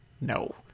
no